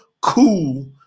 cool